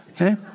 Okay